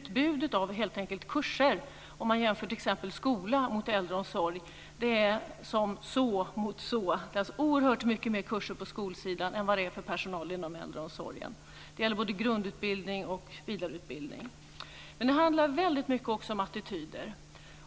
Om man jämför skola och äldreomsorg när det gäller utbudet av kurser, kan man se att det är oerhört mycket fler kurser på skolsidan än vad det är för personalen inom äldreomsorgen. Det gäller både grundutbildning och vidareutbildning. Det handlar också väldigt mycket om attityder